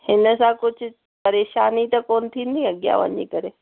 हिन सां कुझु परेशानी त कोन्ह थींदी अॻियां वञी करे